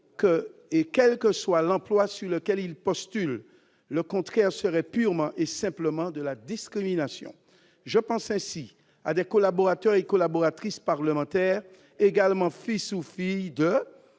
quel que soit l'emploi pour lequel ils postulent. Le contraire serait pure et simple discrimination. Je pense à des collaborateurs et collaboratrices parlementaires également « fils ou filles de